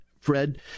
Fred